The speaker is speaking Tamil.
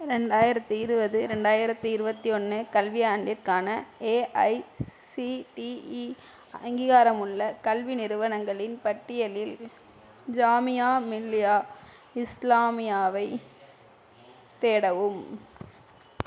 ரெண்டாயிரத்தி இருபது ரெண்டாயிரத்தி இருபத்தி ஒன்று கல்வியாண்டிற்கான ஏஐசிடிஇ அங்கீகாரமுள்ள கல்வி நிறுவனங்களின் பட்டியலில் ஜாமியா மில்லியா இஸ்லாமியாவை தேடவும்